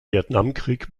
vietnamkrieg